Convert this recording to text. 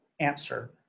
answer